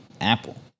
Apple